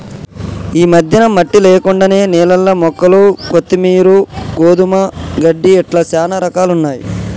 ఈ మధ్యన మట్టి లేకుండానే నీళ్లల్ల మొక్కలు కొత్తిమీరు, గోధుమ గడ్డి ఇట్లా చానా రకాలున్నయ్యి